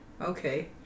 okay